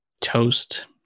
toast